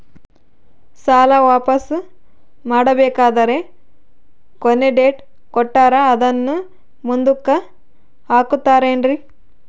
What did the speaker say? ಸಾಲ ವಾಪಾಸ್ಸು ಮಾಡಬೇಕಂದರೆ ಕೊನಿ ಡೇಟ್ ಕೊಟ್ಟಾರ ಅದನ್ನು ಮುಂದುಕ್ಕ ಹಾಕುತ್ತಾರೇನ್ರಿ?